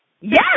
Yes